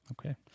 Okay